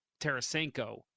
Tarasenko